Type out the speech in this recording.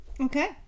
Okay